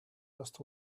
just